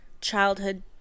childhood